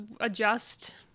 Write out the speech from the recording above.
adjust